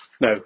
No